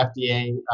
FDA